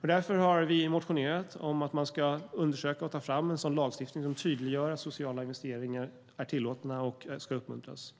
Därför har vi motionerat om att man ska undersöka och ta fram en sådan lagstiftning som tydliggör att sociala investeringar är tillåtna och ska uppmuntras.